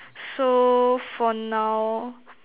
so for now